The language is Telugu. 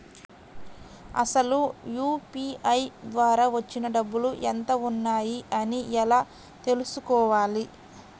అసలు యూ.పీ.ఐ ద్వార వచ్చిన డబ్బులు ఎంత వున్నాయి అని ఎలా తెలుసుకోవాలి?